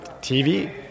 TV